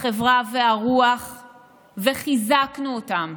החברה והרוח וחיזקנו אותם.